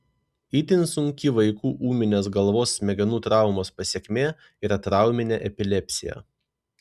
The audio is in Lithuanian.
itin sunki vaikų ūminės galvos smegenų traumos pasekmė yra trauminė epilepsija